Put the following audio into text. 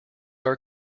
are